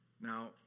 Now